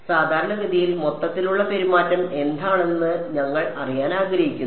സാധാരണഗതിയിൽ മൊത്തത്തിലുള്ള പെരുമാറ്റം എന്താണെന്ന് ഞങ്ങൾ അറിയാൻ ആഗ്രഹിക്കുന്നു